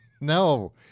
No